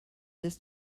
this